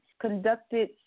conducted